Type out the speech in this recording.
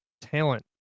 talent